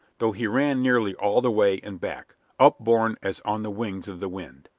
though he ran nearly all the way and back, upborne as on the wings of the wind.